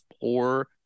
poor